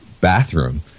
bathroom